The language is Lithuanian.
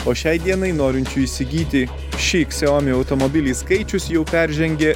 o šiai dienai norinčių įsigyti šį xiaomi automobilį skaičius jau peržengė